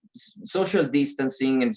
social distancing, and